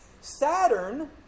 Saturn